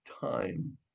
time